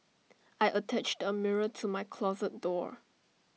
I attached A mirror to my closet door